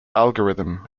algorithm